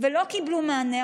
ולא קיבלו מענה,